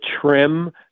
trim